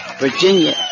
Virginia